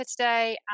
today